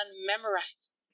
memorized